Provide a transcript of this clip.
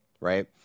right